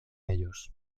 ellos